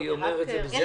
אני אומר את זה בזהירות.